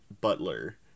Butler